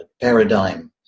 paradigm